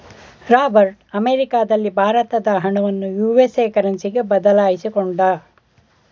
Robert ಅಮೆರಿಕದಲ್ಲಿ ಭಾರತದ ಹಣವನ್ನು ಯು.ಎಸ್.ಎ ಕರೆನ್ಸಿಗೆ ಬದಲಾಯಿಸಿಕೊಂಡ